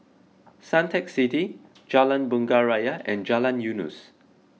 Suntec City Jalan Bunga Raya and Jalan Eunos